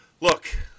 Look